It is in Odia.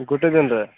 ଗୋଟେ ଦିନରେ